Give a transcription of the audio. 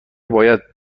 باید